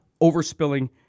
overspilling